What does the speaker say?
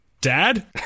Dad